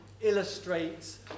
illustrates